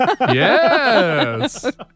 Yes